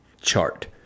chart